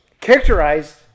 characterized